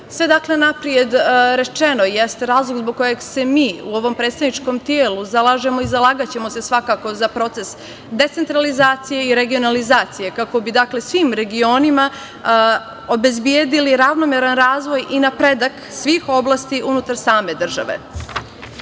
vremena. Sve napred rečeno jeste razlog zbog kojeg se mi u ovom predstavničkom telu zalažemo i zalagaćemo se svakako za proces decentralizacije i regionalizacije, kako bi svim regionima obezbedili ravnomeran razvoj i napredak svih oblasti unutar same države. Dakle,